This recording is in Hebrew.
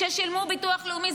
ששילמו ביטוח לאומי.